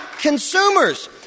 consumers